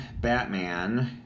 Batman